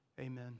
Amen